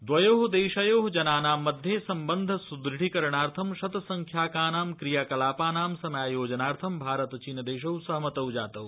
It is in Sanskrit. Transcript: द्वयो देशयो जनानां मध्ये सम्बन्ध सुदृढ़ीकरणार्थं शतसंख्याकानां क्रियाकलापानां समायोजनार्थं भारत चीन देशौ सहमतौ जातौ